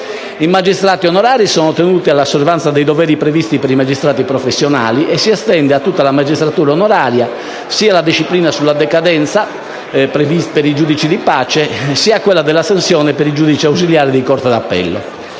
I magistrati onorari sono tenuti all'osservanza dei doveri previsti per i magistrati professionali e si estende a tutta la magistratura onoraria sia la disciplina sulla decadenza prevista per i giudici di pace, sia quella sull'astensione per i giudici ausiliari di corte d'appello.